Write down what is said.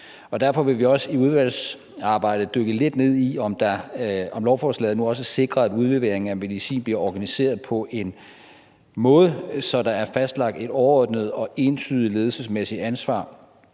derfor vil vi også i udvalgsarbejdet dykke lidt ned i, om lovforslaget nu også sikrer, at udlevering af medicin bliver organiseret på en måde, så der er fastlagt et overordnet og entydigt ledelsesmæssigt ansvar,